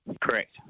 Correct